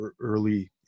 early